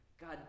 God